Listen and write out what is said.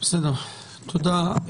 בסדר, תודה.